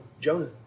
Jonah